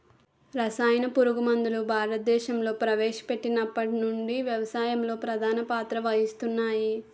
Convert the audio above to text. రసాయన పురుగుమందులు భారతదేశంలో ప్రవేశపెట్టినప్పటి నుండి వ్యవసాయంలో ప్రధాన పాత్ర వహిస్తున్నాయి